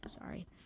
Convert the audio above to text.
sorry